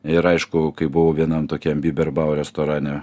ir aišku kai buvau vienam tokiam biberbau restorane